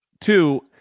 Two